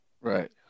Right